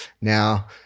Now